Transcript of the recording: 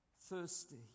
thirsty